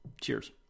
Cheers